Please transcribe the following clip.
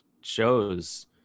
shows